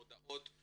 הודעות,